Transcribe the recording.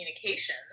communication